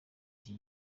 iki